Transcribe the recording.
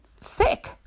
sick